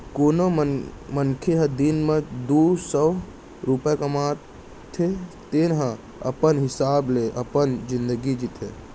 कोनो मनसे ह दिन म दू सव रूपिया कमाथे तेन ह अपन हिसाब ले अपन जिनगी जीथे